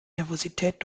nervosität